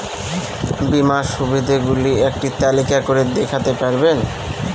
বীমার সুবিধে গুলি একটি তালিকা করে দেখাতে পারবেন?